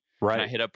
Right